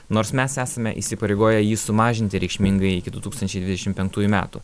nors mes esame įsipareigoję jį sumažinti reikšmingai iki du tūkstančiai dvidešim penktųjų metų